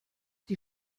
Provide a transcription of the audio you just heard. die